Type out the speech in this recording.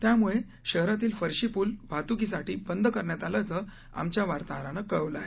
त्यामुळे शहरातील फरशी पूल वाहतुकीसाठी बंद करण्यात आल्याचं आमच्या वार्ताहरानं कळवलं आहे